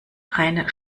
eine